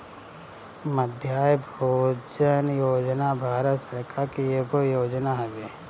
मध्याह्न भोजन योजना भारत सरकार के एगो योजना हवे